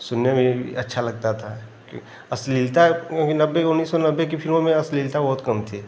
सुनने में भी अच्छा लगता था कि अश्लीलता भी नब्बे उन्नीस सौ नब्बे की फिल्मों में अश्लीलता बहुत कम थी